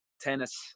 tennis